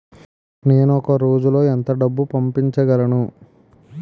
నేను ఒక రోజులో ఎంత డబ్బు పంపించగలను?